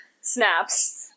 snaps